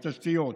ותשתיות,